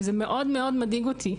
וזה מאוד מאוד מדאיג אותי.